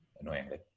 annoyingly